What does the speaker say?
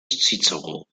cicero